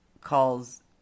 calls